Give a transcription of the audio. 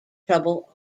trouble